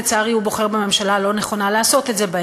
לצערי הוא בוחר בממשלה הלא-נכונה לעשות בה את זה,